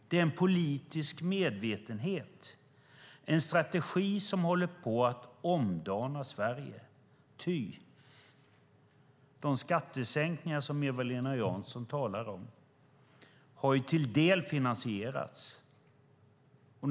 Det är en politisk medvetenhet, en strategi som håller på att omdana Sverige, med ert sätt att finansiera de skattesänkningar som Eva-Lena Jansson talar om.